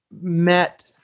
met